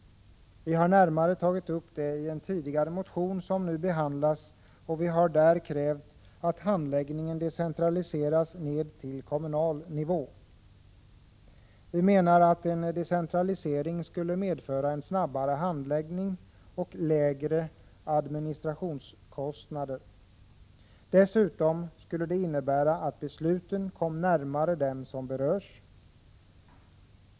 Vi har närmare tagit upp det i en tidigare motion som nu behandlas. Vi har där krävt att handläggningen decentraliseras till kommunal nivå. Vi menar att en decentralisering skulle medföra en snabbare handläggning och lägre administrationskostnader. Dessutom skulle det innebära att besluten kom närmare dem som berörs.